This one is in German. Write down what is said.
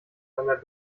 einer